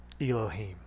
Elohim